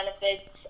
benefits